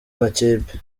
makipe